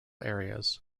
areas